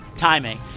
timing.